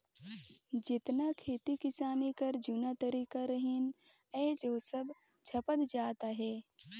जेतना खेती किसानी कर जूना तरीका रहिन आएज ओ सब छपत जात अहे